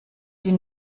die